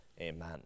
amen